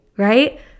right